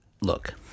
look